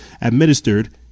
administered